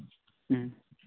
ᱦᱮᱸ